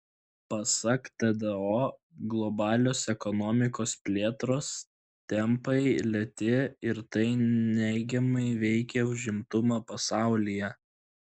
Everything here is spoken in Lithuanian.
pasak tdo globalios ekonomikos plėtros tempai lėti ir tai neigiamai veikia užimtumą pasaulyje